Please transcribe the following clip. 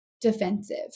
defensive